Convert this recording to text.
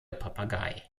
papagei